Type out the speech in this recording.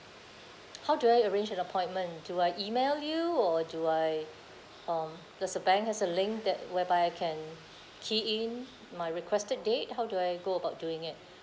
how do I arrange an appointment do I email you or do I um does the bank has a link that whereby I can key in my requested date how do I go about doing it